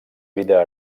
vida